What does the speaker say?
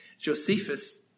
Josephus